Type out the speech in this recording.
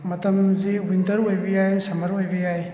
ꯃꯇꯝꯁꯤ ꯋꯤꯟꯇꯔ ꯑꯣꯏꯕ ꯌꯥꯏ ꯁꯝꯃꯔ ꯑꯣꯏꯕ ꯌꯥꯏ